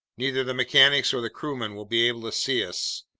neither the mechanics or the crewmen will be able to see us.